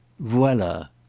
voila.